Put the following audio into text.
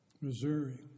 Missouri